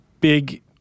big